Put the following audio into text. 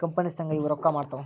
company ಸಂಘ ಇವು ರೊಕ್ಕ ಮಾಡ್ತಾವ